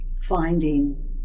finding